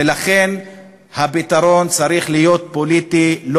ולכן הפתרון צריך להיות פוליטי,